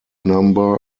number